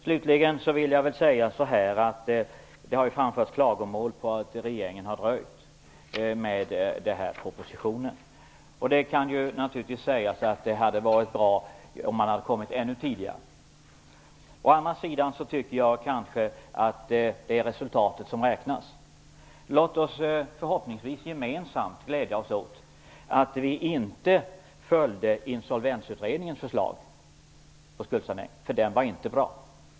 Det har framförts klagomål på att regeringen har dröjt med den här propositionen. Det hade naturligtvis varit bra om den hade kommit ännu tidigare. Å andra sidan är det resultatet som räknas. Låt oss gemensamt glädjas åt att vi inte följde Insolvensutredningens förslag till skuldsanering, därför att det var inte bra.